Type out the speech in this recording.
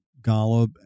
Golub